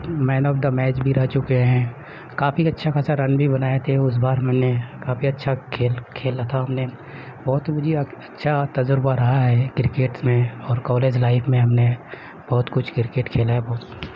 main of the match بھی رہ چکے ہیں کافی اچھا خاصا رن بھی بںائے تھے اس بار میں نے کافی اچھا کھیل کھیلا تھا ہم نے اور تو مجھے اچھا تجربہ رہا ہے کرکٹس میں اور کالج لائف میں ہم نے بہت کچھ کرکٹ کھیلا ہے بہت